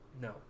No